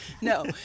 No